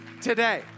today